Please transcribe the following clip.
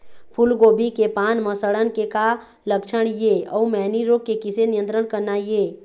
फूलगोभी के पान म सड़न के का लक्षण ये अऊ मैनी रोग के किसे नियंत्रण करना ये?